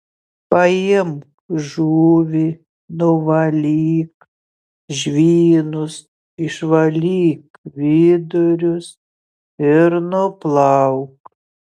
paimk žuvį nuvalyk žvynus išvalyk vidurius ir nuplauk